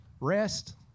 rest